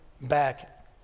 back